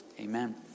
Amen